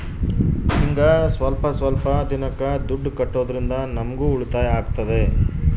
ಹಿಂಗ ಸ್ವಲ್ಪ ಸ್ವಲ್ಪ ದಿನಕ್ಕ ದುಡ್ಡು ಕಟ್ಟೋದ್ರಿಂದ ನಮ್ಗೂ ಉಳಿತಾಯ ಆಗ್ತದೆ